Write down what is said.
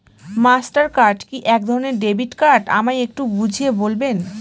Master card কি একধরণের debit card আমায় একটু বুঝিয়ে বলবেন?